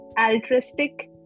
altruistic